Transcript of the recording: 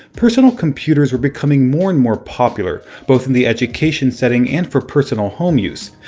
personal computers were becoming more and more popular, both in the education setting and for personal home use.